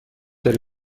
داری